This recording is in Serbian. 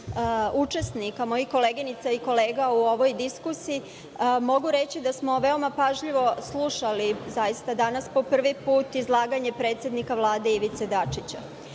učesnika, mojih koleginica i kolega u ovoj diskusiji, mogu reći da smo zaista veoma pažljivo slušali danas po prvi put izlaganje predsednika Vlade Ivice